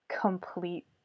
complete